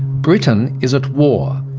britain is at war,